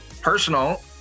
personal